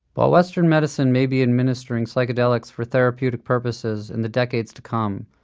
while western medicine may be administering psychedelics for therapeutic purposes in the decades to come,